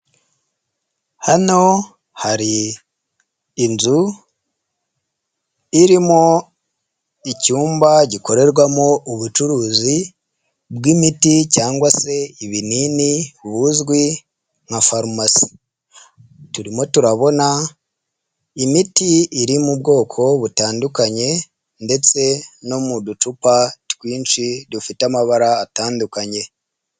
Hano hari inzu irimo icyumba gikorerwamo ubucuruzi bw'imiti cyangwa se ibini buzwi nka farumasi, turimo turabona imiti iri mu bwoko butandukanye ndetse no mu ducupa twinshi dufite amabara atandukanye.